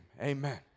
Amen